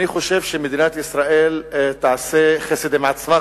אני חושב שמדינת ישראל תעשה חסד עם עצמה,